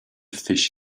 fish